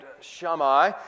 Shammai